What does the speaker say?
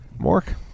Mork